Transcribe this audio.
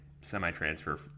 semi-transfer